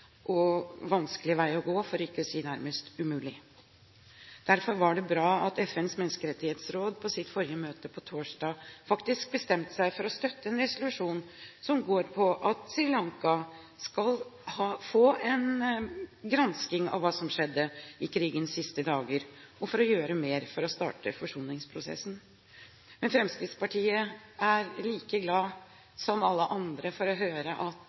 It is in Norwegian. og vanskelig vei å gå, for ikke å si nærmest umulig. Derfor var det bra at FNs menneskerettighetsråd på sitt forrige møte på torsdag faktisk bestemte seg for å støtte en resolusjon som går på en gransking av hva som skjedde på Sri Lanka i krigens siste dager, og at man gjør mer for å starte forsoningsprosessen. Men Fremskrittspartiet er like glad som alle andre for å høre at